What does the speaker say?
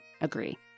agree